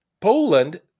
Poland